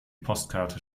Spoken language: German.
postkarte